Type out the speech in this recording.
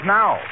now